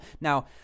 Now